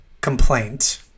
complaint